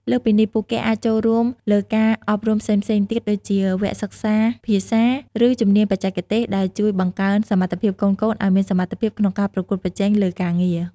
លើសពីនេះ ពួកគេអាចចូលរួមលើការអប់រំផ្សេងៗទៀតដូចជា វគ្គសិក្សាភាសា ឬជំនាញបច្ចេកទេស ដែលជួយបង្កើនសមត្ថភាពកូនៗឱ្យមានសមត្ថភាពក្នុងការប្រកួតប្រជែងលើការងារ។